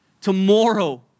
Tomorrow